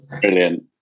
brilliant